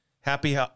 Happy